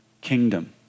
kingdom